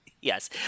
Yes